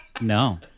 No